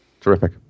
Terrific